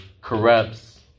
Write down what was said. corrupts